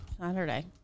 Saturday